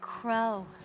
Crow